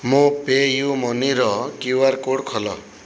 ମୋ ପେୟୁ ମନିର କ୍ୟୁ ଆର୍ କୋଡ଼୍ ଖୋଲ